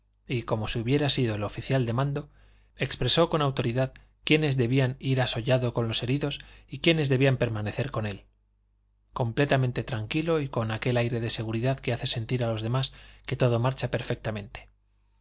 y como si hubiera sido el oficial de mando expresó con autoridad quiénes debían ir al sollado con los heridos y quiénes debían permanecer con él completamente tranquilo y con aquel aire de seguridad que hace sentir a los demás que todo marcha perfectamente